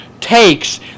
takes